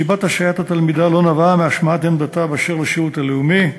סיבת השעיית התלמידה לא נבעה מהשמעת עמדתה באשר לשירות הלאומי,